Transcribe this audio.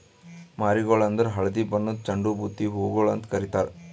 marigold ಅಂದುರ್ ಹಳದಿ ಬಣ್ಣದ್ ಚಂಡು ಬುತ್ತಿ ಹೂಗೊಳ್ ಅಂತ್ ಕಾರಿತಾರ್